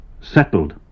settled